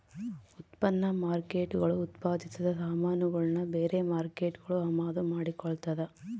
ಉತ್ಪನ್ನ ಮಾರ್ಕೇಟ್ಗುಳು ಉತ್ಪಾದಿಸಿದ ಸಾಮಾನುಗುಳ್ನ ಬೇರೆ ಮಾರ್ಕೇಟ್ಗುಳು ಅಮಾದು ಮಾಡಿಕೊಳ್ತದ